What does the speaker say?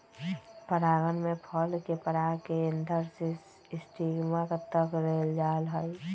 परागण में फल के पराग के एंथर से स्टिग्मा तक ले जाल जाहई